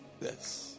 yes